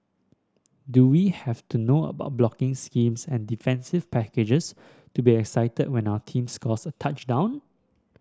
do we have to know about blocking schemes and defensive packages to be excited when our team scores a touchdown